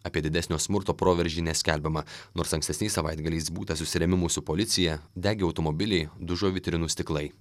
apie didesnio smurto proveržį neskelbiama nors ankstesniais savaitgaliais būta susirėmimų su policija degė automobiliai dužo vitrinų stiklai